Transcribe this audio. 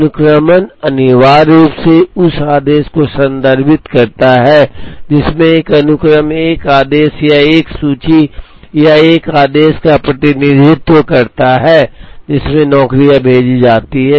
अनुक्रमण अनिवार्य रूप से उस आदेश को संदर्भित करता है जिसमें एक अनुक्रम एक आदेश या एक सूची या एक आदेश का प्रतिनिधित्व करता है जिसमें नौकरियां भेजी जाती हैं